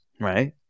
Right